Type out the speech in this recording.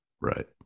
Right